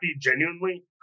genuinely